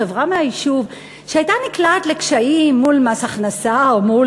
חברה מהיישוב שהייתה נקלעת לקשיים מול מס הכנסה או מול,